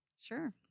Sure